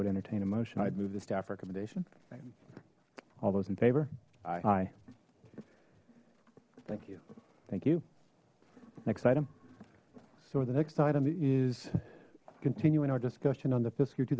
would entertain a motion i'd move the staff recommendation all those in favor hi thank you thank you next item so the next item is continuing our discussion on the fiscal year two